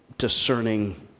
discerning